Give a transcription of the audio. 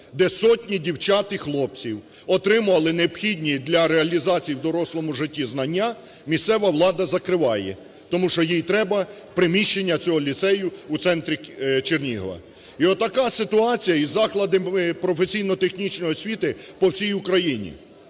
де сотні дівчат і хлопців отримували необхідні для реалізації в дорослому житті знання, місцева влада закриває. Тому що їй треба приміщення цього ліцею у центрі Чернігова. І отака ситуація із закладами професійно-технічної освіти по всій Україні.